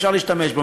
אפשר להשתמש בו.